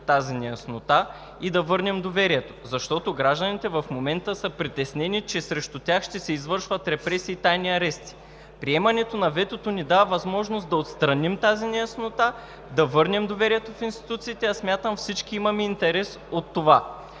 тази неяснота и да върнем доверието, защото гражданите в момента са притеснени, че срещу тях ще се извършват репресии и тайни арести. Приемането на ветото ни дава възможност да отстраним тази неяснота, да върнем доверието в институциите, а смятам, всички имаме интерес от това.